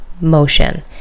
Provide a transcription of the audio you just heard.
motion